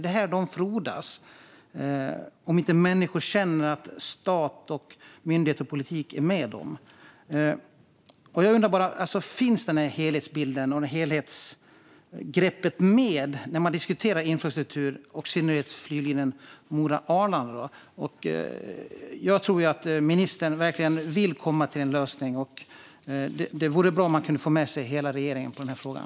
Den frodas om inte människor känner att stat, myndigheter och politik är med dem. Jag undrar om helhetsbilden och helhetsgreppet finns med när man diskuterar infrastruktur och i synnerhet flyglinjen Mora-Arlanda. Jag tror att ministern verkligen vill komma fram till en lösning. Det vore bra om han kunde få med sig hela regeringen i den här frågan.